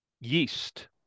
yeast